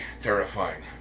terrifying